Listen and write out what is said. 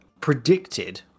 predicted